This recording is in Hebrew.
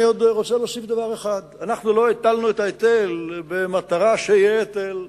אני רוצה להוסיף דבר אחד: אנחנו לא הטלנו את ההיטל במטרה שיהיה היטל.